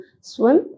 swim